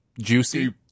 juicy